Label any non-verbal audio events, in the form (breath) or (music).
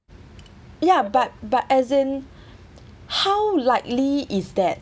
ya but but as in (breath) how likely is that